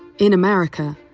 in america,